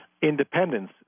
Independence